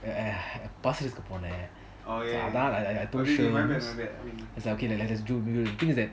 pass எடுக்க போனான்:yeaduka ponan okay lah let's just do